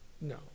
No